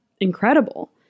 incredible